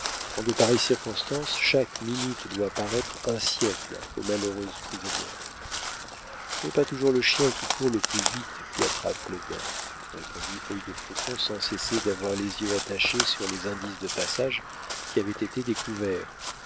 en de pareilles circonstances chaque minute doit paraître un siècle aux malheureuses prisonnières ce n'est pas toujours le chien qui court le plus vite qui attrape le daim répondit œil de faucon sans cesser d'avoir les yeux attachés sur les indices de passage qui avaient été découverts